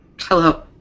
Hello